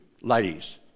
Ladies